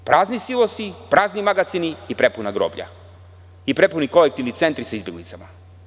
Prazni silosi, prazni magacini i prepuna groblja i prepuni kolektivni centri sa izbeglicama.